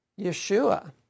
Yeshua